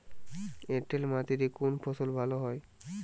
এঁটেল মাটিতে কোন ফসল ভালো হয়?